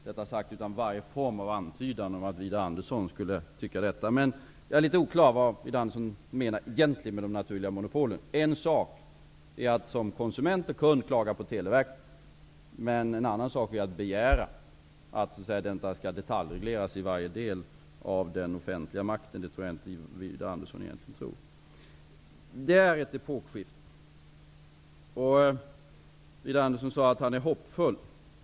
Detta säger jag utan varje form av antydan om att Widar Andersson skulle tycka att det är bra. Jag är inte klar över vad Widar Andersson egentligen menar med de naturliga monopolen. Det är en sak att som konsument och kund klaga på Televerket, men en annan att begära att verksamheten skall detaljregleras i varje del av den offentliga makten. Det tror jag inte att Widar Andersson egentligen vill. Det är ett epokskifte. Widar Andersson sade att han är hoppfull.